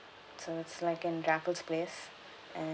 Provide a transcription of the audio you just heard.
so it's like in raffles place and